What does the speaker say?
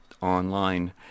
online